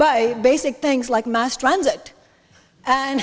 i basic things like mass transit and